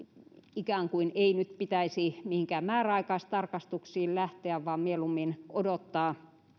ikään kuin ei nyt pitäisi mihinkään määräaikaistarkastuksiin lähteä vaan mieluummin odottaa